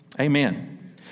Amen